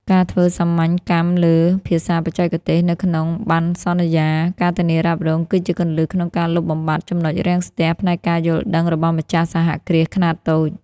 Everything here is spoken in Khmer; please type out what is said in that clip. ការធ្វើសាមញ្ញកម្មលើ "ភាសាបច្ចេកទេស" នៅក្នុងបណ្ណសន្យា ការធានារ៉ាប់រង គឺជាគន្លឹះក្នុងការលុបបំបាត់ ចំណុចរាំងស្ទះ ផ្នែកការយល់ដឹងរបស់ម្ចាស់សហគ្រាសខ្នាតតូច។